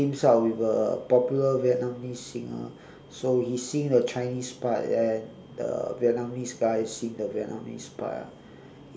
teams up with a popular vietnamese singer so he sing the chinese part and the vietnamese guy sing the vietnamese part ah